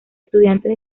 estudiantes